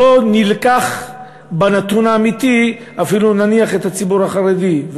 לא נלקח בנתון האמיתי אפילו נניח את הציבור החרדי,